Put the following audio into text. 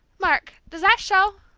mark, does that show?